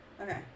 Okay